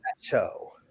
show